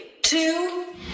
two